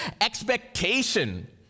expectation